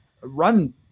run